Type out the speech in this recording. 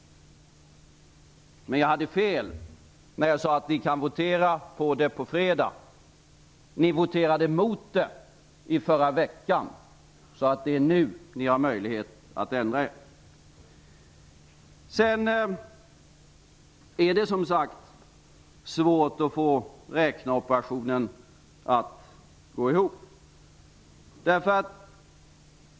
Men jag hade fel när jag sade att vi kan votera om det på fredag. Ni voterade emot det i förra veckan. Nu har ni möjlighet att ändra er. Det är som sagt svårt att få räkneoperationen att gå ihop.